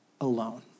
alone